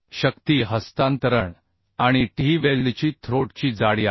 शक्ती हस्तांतरण आणि te ही वेल्डची थ्रोटची जाडी आहे